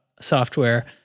software